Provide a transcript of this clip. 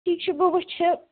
ٹھیٖک چھُ بہٕ وٕچھِ